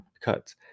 cuts